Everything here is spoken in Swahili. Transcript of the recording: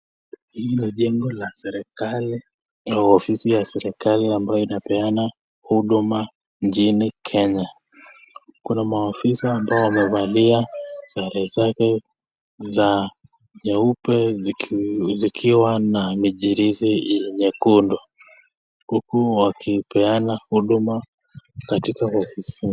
Hili ni jengo la serikali au ofisi ya serikali ambayo inapeana huduma nchini Kenya. Kuna maofisa ambao wamevalia sare zake za nyeupe zikiwa na michirizi ya nyekundu huku wakipeana huduma katika ofisi